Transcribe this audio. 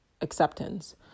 Acceptance